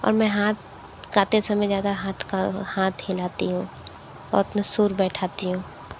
और मैं हाथ गाते समय ज़्यादा हाथ का हाथ हिलाती हूँ और अपना सुर बैठाती हूँ